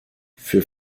für